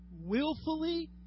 willfully